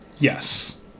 Yes